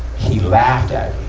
he laughed at